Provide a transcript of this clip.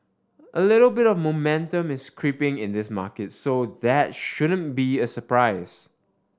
a little bit of momentum is creeping in this market so that shouldn't be a surprise